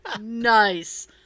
nice